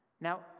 Now